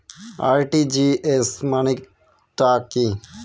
RTGS মানে টা কি?